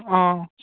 অ'